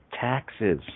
taxes